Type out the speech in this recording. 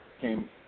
came